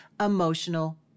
emotional